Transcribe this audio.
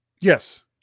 Yes